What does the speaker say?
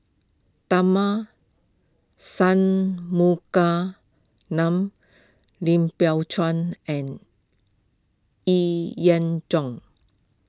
Tharman Lim Biow Chuan and Yee Jong